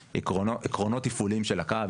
עקרונות תפעוליים של הקו,